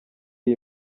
iyi